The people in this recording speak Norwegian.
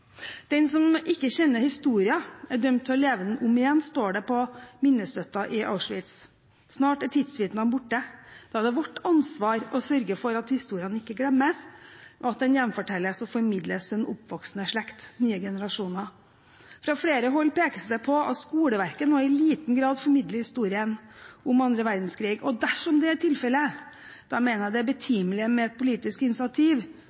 Den som ikke kjenner historien, er dømt til å leve den om igjen, står det på minnestøtten i Auschwitz. Snart er tidsvitnene borte. Da er det vårt ansvar å sørge for at historien ikke glemmes, og at den gjenfortelles og formidles til den oppvoksende slekt og nye generasjoner. Fra flere hold pekes det på at skoleverket nå i liten grad formidler historien om annen verdenskrig. Dersom det er tilfellet, mener jeg det er betimelig med et politisk initiativ,